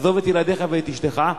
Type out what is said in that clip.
עזוב את ילדיך ואשתך,